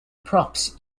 props